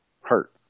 hurt